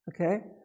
Okay